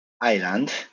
island